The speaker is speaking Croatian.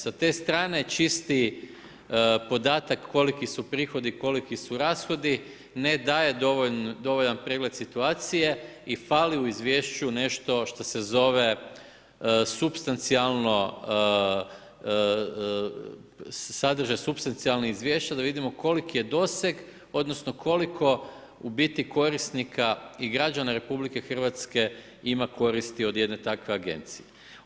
Sa te strane, čisti podatak koliki su prihodi, koliki su rashodi, ne daje dovoljan pregled situacije i fali u izvješću što se zove sadržaj supstancijalnih izvješća, da vidimo koliki je doseg, odnosno koliko u biti korisnika i građana RH ima koristi od jedne takve agencije.